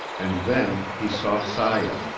and then he saw saya.